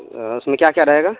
اس میں کیا کیا رہے گا